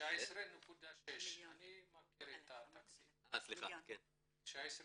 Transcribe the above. אני לא רוצה להכנס לנתונים שקיימים